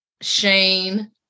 Shane